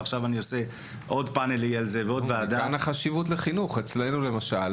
ועכשיו אני עושה עוד פאנל ועוד ועדה על זה --- מכאן החשיבות לחינוך.